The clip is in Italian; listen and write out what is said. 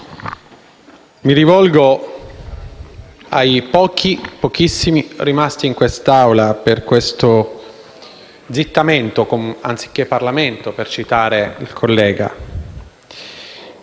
mi rivolgo ai pochi, pochissimi, rimasti in quest'Aula per questo "Zittamento", anziché Parlamento, per citare il collega.